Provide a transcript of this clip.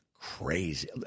crazy –